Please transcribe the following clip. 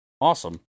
awesome